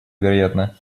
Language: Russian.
вероятно